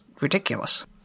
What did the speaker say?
ridiculous